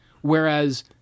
whereas